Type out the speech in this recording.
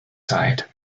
side